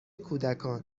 کودکان